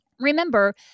Remember